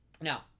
Now